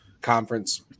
conference